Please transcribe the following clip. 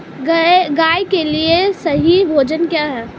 गाय के लिए सही भोजन क्या है?